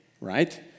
right